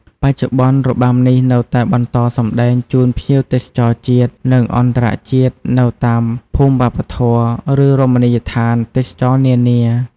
បច្ចុប្បន្ន របាំនេះនៅតែបន្តសម្តែងជូនភ្ញៀវទេសចរជាតិ និងអន្តរជាតិនៅតាមភូមិវប្បធម៌ ឬរមណីយដ្ឋានទេសចរណ៍នានា។